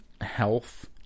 health